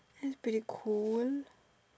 it's pretty cool